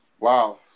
Wow